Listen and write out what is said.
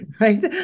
Right